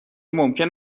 ممکن